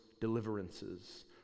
deliverances